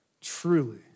Truly